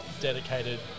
Dedicated